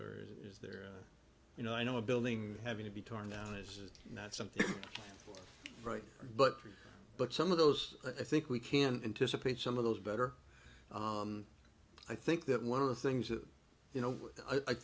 or is there you know i know a building having to be torn down is not something right but but some of those i think we can anticipate some of those better i think that one of the things that you know i